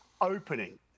opening